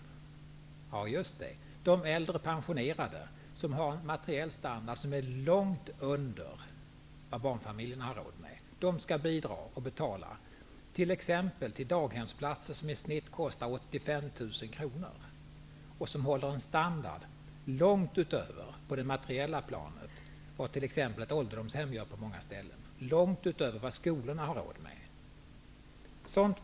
Detta skall alltså de äldre, de pensionerade göra, som har en materiell standard som är långt under barnfamiljernas. De skall bi dra och betala för t.ex. daghemsplatser, som i snitt kostar 85 000 kronor. Dessa daghemsplatser håller en standard på det materiella planet som ligger långt över vad ålderdomshemmen och sko lorna gör på många håll. Detta tycker vi är upprö rande.